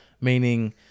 meaning